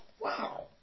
Wow